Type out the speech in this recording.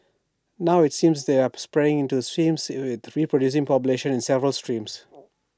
now IT seems that they are spreading into streams with reproducing populations in several streams